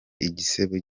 igisebo